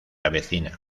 avecina